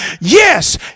yes